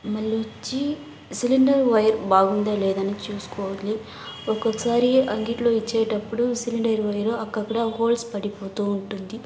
మళ్లీ వచ్చి cylinder wire బాగుందా లేదా అని చూసుకోవాలి ఒక్కొక్కసారి అంగిట్లో ఇచ్చేటప్పుడు సిలిండర్ వైరు అక్కడక్కడ హోల్స్ పడిపోతూ ఉంటుంది